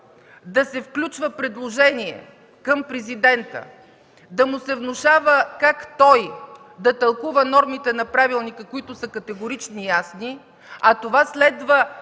да се включва предложение към президента, да му се внушава как той да тълкува нормите на правилника, които са категорични и ясни, а това следва